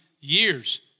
years